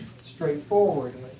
straightforwardly